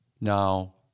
Now